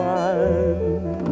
one